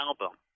album